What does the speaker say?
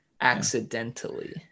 Accidentally